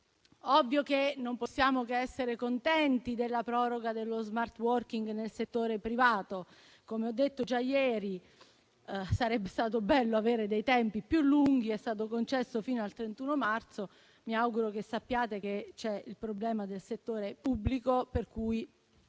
Ovviamente, non possiamo che essere contenti della proroga dello *smart working* nel settore privato; come ho detto già ieri, sarebbe stato bello avere tempi più lunghi, dato che è stato concesso solo fino al 31 marzo, e mi auguro che sappiate che c'è il problema del settore pubblico, per cui